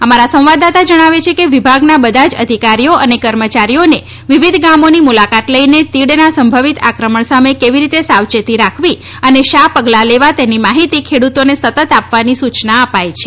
અમારા સંવાદદાતા જણાવે છે કે વિભાગના બધા જ અધિકારીઓ અને કર્મચારીઓને વિવિધ ગામોની મુલાકાત લઈને તીડના સંભવીત આક્રમણ સામે કેવી રીતે સાવચેતી રાખવી અને શા પગલાં લેવા તેની માહિતી ખેડૂતોને સતત આપવાની સૂચના અપાઈ છે